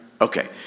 Okay